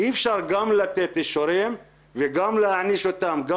אי אפשר גם לתת אישורים וגם להעניש אותם גם